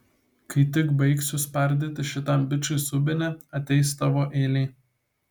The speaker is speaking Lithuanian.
kai tik baigsiu spardyti šitam bičui subinę ateis tavo eilė